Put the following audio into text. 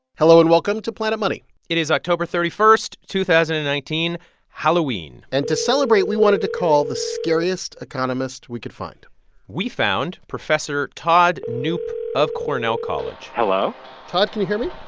hello, and welcome to planet money it is october thirty one, two thousand and nineteen halloween and to celebrate, we wanted to call the scariest economist we could find we found professor todd knoop of cornell college hello todd, can you hear me?